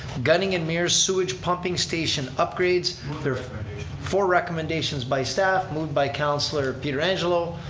gunning and mears sewage pumping station upgrades. there are four recommendations by staff, moved by councilor pietrangelo,